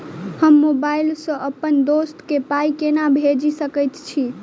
हम मोबाइल सअ अप्पन दोस्त केँ पाई केना भेजि सकैत छी?